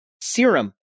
serum